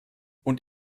und